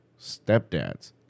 stepdads